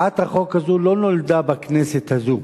הצעת החוק הזאת לא נולדה בכנסת הזאת.